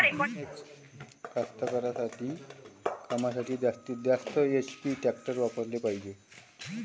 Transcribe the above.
कास्तकारीच्या कामासाठी जास्तीत जास्त किती एच.पी टॅक्टर वापराले पायजे?